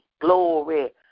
glory